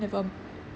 never